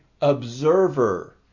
observer